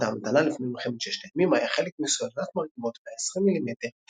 בתקופת ההמתנה לפני מלחמת ששת הימים היה חלק מסוללת מרגמות 120 מ"מ